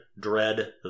Dread